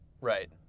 Right